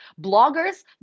Bloggers